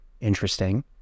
interesting